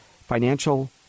financial